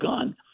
gun